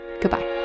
Goodbye